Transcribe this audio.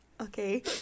Okay